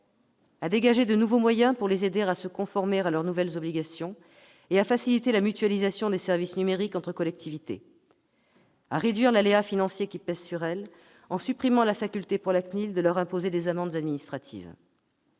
à dégager de nouveaux moyens pour aider celles-ci à se conformer à leurs nouvelles obligations et à faciliter la mutualisation des services numériques entre collectivités, à réduire l'aléa financier qui pèse sur elles, en supprimant la faculté offerte à la CNIL de leur imposer des amendes administratives.